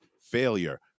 failure